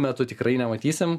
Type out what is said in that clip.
metu tikrai nematysim